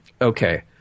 okay